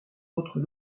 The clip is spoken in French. autres